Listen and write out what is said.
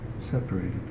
separated